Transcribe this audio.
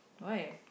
why